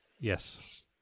Yes